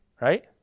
Right